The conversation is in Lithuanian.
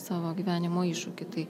savo gyvenimo iššūkį tai